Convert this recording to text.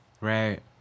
Right